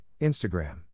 Instagram